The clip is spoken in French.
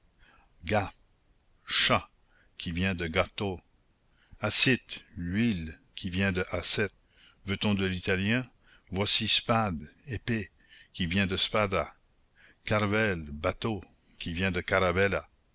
gat chat qui vient de gato acite huile qui vient de aceyte veut-on de l'italien voici spade épée qui vient de spada carvel bateau qui vient de caravella